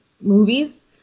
movies